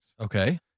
Okay